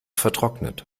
vertrocknet